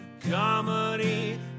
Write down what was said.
Comedy